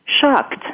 shocked